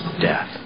death